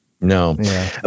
No